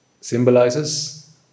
symbolizes